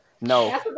no